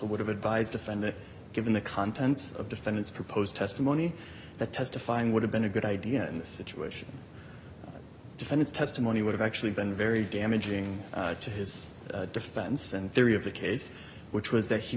would have advised defendant given the contents of defendant's proposed testimony that testifying would have been a good idea in this situation defense testimony would have actually been very damaging to his defense and theory of the case which was that he